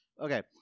okay